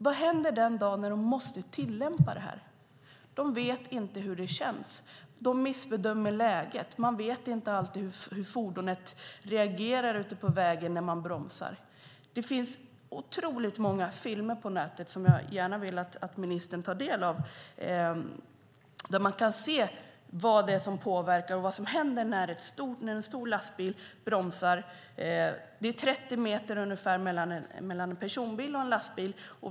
Vad händer den dag de måste tillämpa det här? De vet inte hur det känns. De missbedömer läget. De vet inte alltid hur fordonet reagerar ute på vägen när de bromsar. Det finns otroligt många filmer på nätet, som jag gärna vill att ministern tar del av, där man kan se vad det är som påverkar och vad som händer när en stor lastbil bromsar. Det är ungefär 30 meter mellan en personbil och en lastbil.